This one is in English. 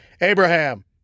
Abraham